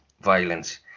violence